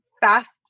fast